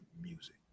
music